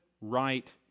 right